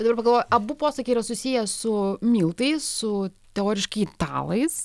ir dabar pagalvojau abu posakiai yra susiję su miltais su teoriškai italais